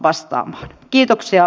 vasta kiitoksia